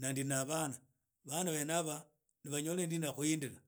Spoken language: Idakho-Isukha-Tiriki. nan di na bana bana bene haba nabanyole ndi khuhindi.